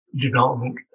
development